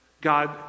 God